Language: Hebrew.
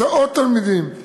הסעות תלמידים,